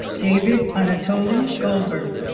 david anatoly goldberg